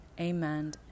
Amen